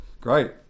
great